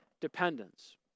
dependence